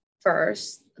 first